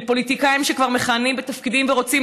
לפוליטיקאים שכבר מכהנים בתפקידים ורוצים